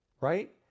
Right